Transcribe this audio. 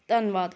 ਧੰਨਵਾਦ